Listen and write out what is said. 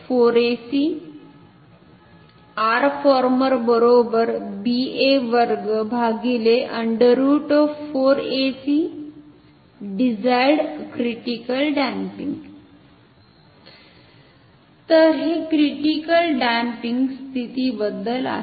तर हे critical damping स्थितीबद्दल आहे